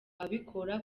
abikora